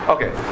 Okay